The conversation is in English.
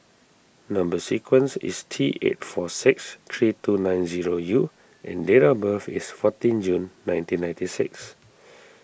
Number Sequence is T eight four six three two nine zero U and date of birth is fourteen June nineteen ninety six